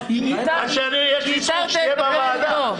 עד שיש לי זכות שתהיה בוועדה.